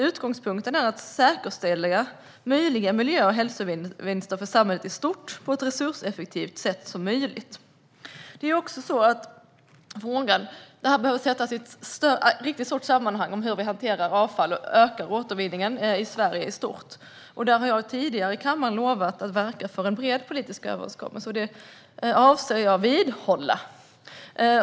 Utgångspunkten är att säkerställa möjliga miljö och hälsovinster för samhället i stort på ett så resurseffektivt sätt som möjligt. Det här behöver sättas i ett riktigt stort sammanhang: frågan om hur vi hanterar avfall och ökar återvinningen i Sverige i stort. Jag har tidigare lovat här i kammaren att verka för en bred politisk överenskommelse, och det löftet avser jag att hålla.